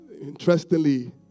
Interestingly